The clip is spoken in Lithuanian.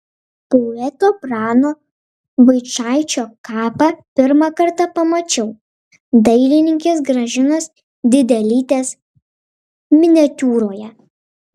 poeto prano vaičaičio kapą pirmą kartą pamačiau dailininkės gražinos didelytės miniatiūroje